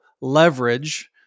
leverage